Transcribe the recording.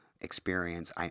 experience